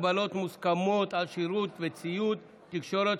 הגבלות מוסכמות על שירות וציוד תקשורת),